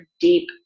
deep